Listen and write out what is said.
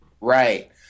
Right